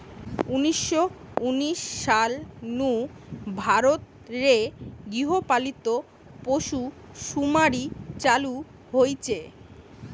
উনিশ শ উনিশ সাল নু ভারত রে গৃহ পালিত পশুসুমারি চালু হইচে